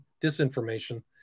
disinformation